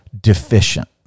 deficient